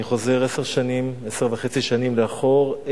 אני חוזר עשר וחצי שנים לאחור,